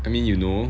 I mean you know